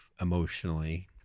emotionally